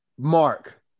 Mark